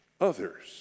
others